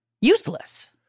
useless